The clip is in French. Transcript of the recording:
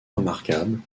remarquables